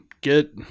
get